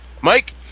Mike